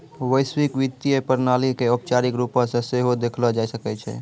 वैश्विक वित्तीय प्रणाली के औपचारिक रुपो से सेहो देखलो जाय सकै छै